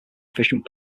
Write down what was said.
efficient